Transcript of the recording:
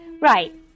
Right